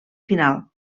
final